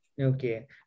Okay